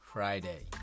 Friday